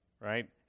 right